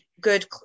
good